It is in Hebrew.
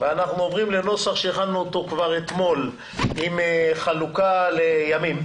ואנחנו עוברים לנוסח שהכנו אותו כבר אתמול עם חלוקה לימים,